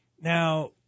Now